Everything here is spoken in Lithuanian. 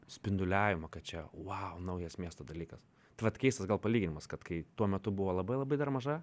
spinduliavimo kad čia vau naujas miesto dalykas tai vat keistas gal palyginimas kad kai tuo metu buvo labai labai dar maža